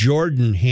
Jordan